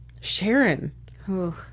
Sharon